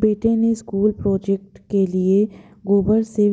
बेटे ने school project के लिए गोबर से